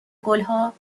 گلها